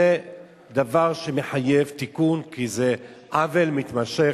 זה דבר שמחייב תיקון, כי זה עוול מתמשך,